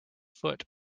foot